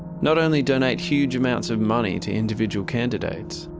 not only donate huge amounts of money to individual candidates,